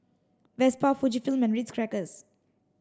Vespa Fujifilm and Ritz Crackers